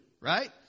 right